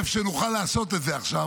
איפה שנוכל לעשות את זה עכשיו,